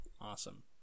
awesome